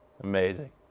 Amazing